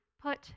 put